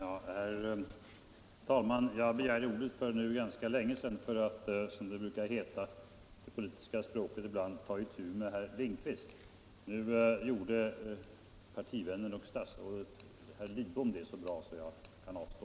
Herr talman! Jag begärde ordet för nu ganska länge sedan för att, som det brukar heta på det politiska språket ibland, ta itu med herr Lindkvist. Nu gjorde partivännen och statsrådet herr Lidbom det så bra att jag kan avstå.